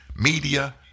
media